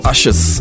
Ashes